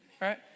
right